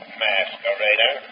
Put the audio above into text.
masquerader